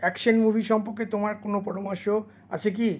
action movie সম্পর্কে তোমার কোনো পরামর্শ আছে কি